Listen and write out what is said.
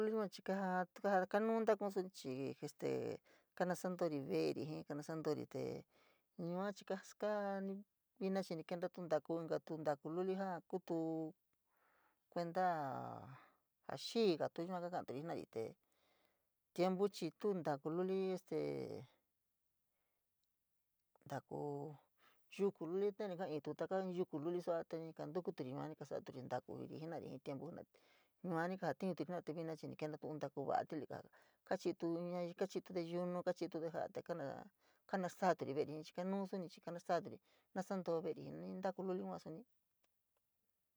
kanu ntakuun suni chii este kanasantori veri jii, kanosantari yua chii vina kaskaa ni vi vina chii ni kenta ntaku, inka ntaku luli jaa kuu tuu kuentaa jaa xíígatu yua kakaturi te tiempo chii tuu ntaku luli este ntaku yuku luli ntenu kaiitu, taka in yuku luli sua te ni kantukuturi yua ni kasaturi ntakuri jenari jii tiempo jenari yua ni kajatiuri jenari te vina chii ni kenta in taku va’a ti’iligo kachi’ituña, kachi’itude yunu kachituede ja’a te kana kana staaturi veri jiin chii kanu suni chii kanostaaturi, nasan too veri jii ntaku luli yua suni.